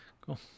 Cool